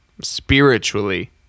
spiritually